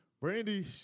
Brandy